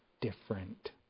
different